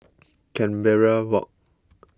Canberra Walk